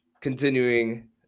Continuing